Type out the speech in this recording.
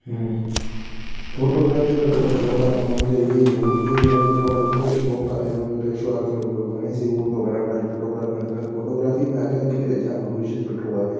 हू फ़ोटोग्राफ़ी अगरि कंहिंजो शौक़ु आहे त मां उनखे हीअ ई उ हीअ ई सलाह ॾींदुमि अगरि उनखे शौक़ु आहे न उन में पैसो आहे अकेलो उन खे वणेसि उहो त करणु खाली फ़ोटोग्राफ़ी वणे थो फ़ोटोग्राफ़ी में अॻियां हली करे जाम भविष्य सुठो आहे